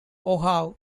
oahu